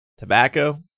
Tobacco